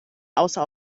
außer